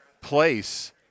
place